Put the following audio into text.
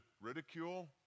ridicule